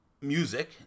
music